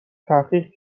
تحقیق